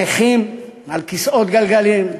הנכים על כיסאות גלגלים,